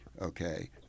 Okay